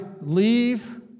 leave